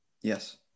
Yes